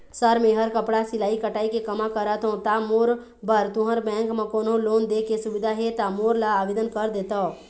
Sir मेहर कपड़ा सिलाई कटाई के कमा करत हों ता मोर बर तुंहर बैंक म कोन्हों लोन दे के सुविधा हे ता मोर ला आवेदन कर देतव?